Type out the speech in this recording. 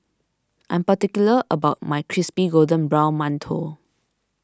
I am particular about my Crispy Golden Brown Mantou